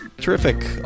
terrific